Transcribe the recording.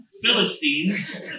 Philistines